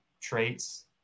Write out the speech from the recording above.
traits